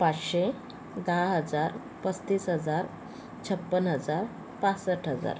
पाचशे दहा हजार पस्तीस हजार छप्पन हजार पासष्ट हजार